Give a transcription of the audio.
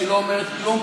שלא אומרת כלום?